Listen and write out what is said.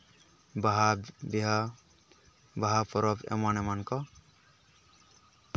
ᱵᱟᱦᱟ ᱵᱤᱦᱟᱹ ᱵᱟᱦᱟ ᱯᱚᱨᱚᱵᱽ ᱮᱢᱟᱱ ᱮᱢᱟᱱ ᱠᱚ